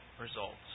results